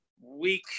week